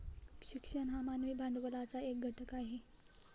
शिक्षण हा मानवी भांडवलाचा एक घटक आहे